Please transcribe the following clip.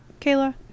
Kayla